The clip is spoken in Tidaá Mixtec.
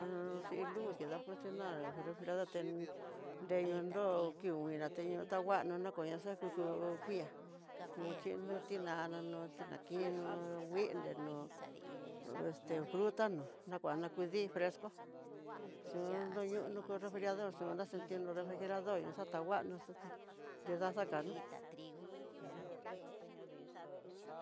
xhin luz kidakuache, refrijerador tén nreyu noó kingui natenyó, tanguaño na koña xakú ku kuiya kuxhinó tinana, no tidakinó nguinde no'o, este fruta no'o nakuana kudii fresco xun nruñonro refrijerador xon naxintinó refrijerador xatanguanó xon nida xakanó.